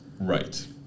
Right